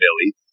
Billy